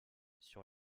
sur